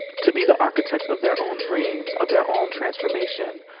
to be the architects of their own dreams, of their own transformation,